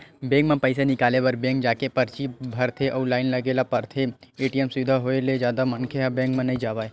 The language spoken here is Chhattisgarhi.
बेंक म पइसा निकाले बर बेंक जाके परची भरथे अउ लाइन लगे ल परथे, ए.टी.एम सुबिधा होय ले जादा मनखे ह बेंक नइ जावय